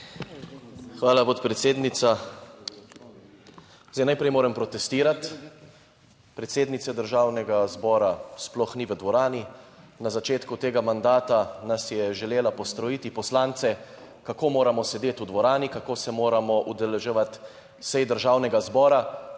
Hvala, podpredsednica. Zdaj, najprej moram protestirati. Predsednice Državnega zbora sploh ni v dvorani. Na začetku tega mandata nas je želela postrojiti poslance, kako moramo sedeti v dvorani, kako se moramo udeleževati sej Državnega zbora.